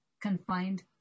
confined